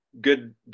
good